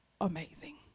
amazing